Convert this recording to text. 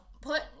put